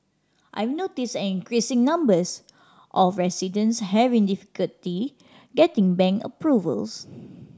I've noticed an increasing number of residents having difficulty getting bank approvals